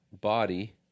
body